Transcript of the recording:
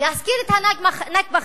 להזכיר את ה"נכבה",